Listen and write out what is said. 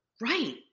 right